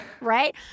Right